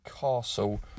Castle